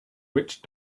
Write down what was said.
witch